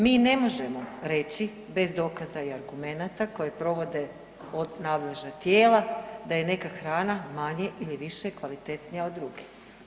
Mi ne možemo reći bez dokaza i argumenata koje provode nadležna tijela da je neka hrana manje ili više kvalitetnija od druge.